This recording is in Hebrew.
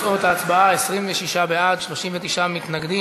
תוצאות ההצבעה: 26 בעד, 39 מתנגדים.